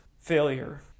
failure